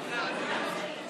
אתה יכול לענות על הצעת החוק?